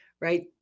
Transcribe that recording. Right